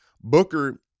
Booker